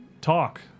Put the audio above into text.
talk